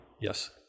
yes